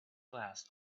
glass